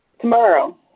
tomorrow